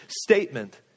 statement